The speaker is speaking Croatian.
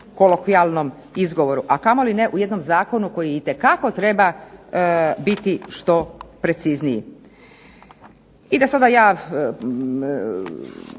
kolokvijalnom izgovoru, a kamoli ne u jednom zakonu koji itekako treba biti što precizniji. I da sada ja